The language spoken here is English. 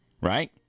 right